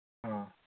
ꯑꯥ